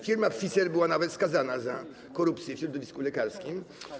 Firma Pfizer była nawet skazana za korupcję w środowisku lekarskim.